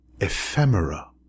ephemera